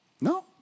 No